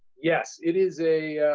yes, it is a,